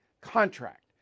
contract